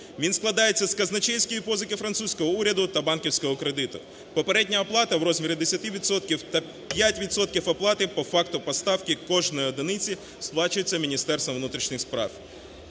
він складається з казначейської позики французького уряду та банківського кредиту. Попередня оплата в розмірі 10 відсотків та 5 відсотків оплати по факту поставки кожної одиниці сплачується Міністерством внутрішніх справ.